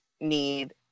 need